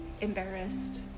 embarrassed